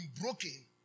broken